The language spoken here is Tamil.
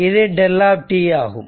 இது δ ஆகும்